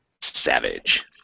Savage